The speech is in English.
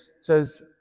says